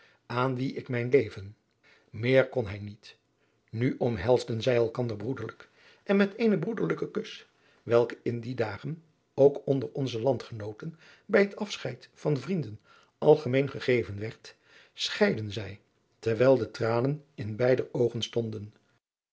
aan wien ik mijn leven meer kon hij niet nu omhelsden zij elkander broederlijk en met eenen broederlijken kus welke in die dagen ook onder onze landgenooten bij het afscheid van vrienden algemeen gegeven werd scheidden zij terwijl de tranen in beider oogen stonden